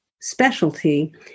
specialty